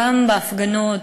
גם בהפגנות,